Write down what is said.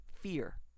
fear